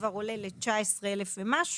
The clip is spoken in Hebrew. שמונה שעות זה כבר עולה למעל 19,000 ₪.